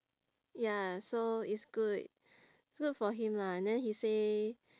ya so it's good it's good for him lah and then he say